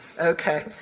okay